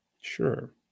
Sure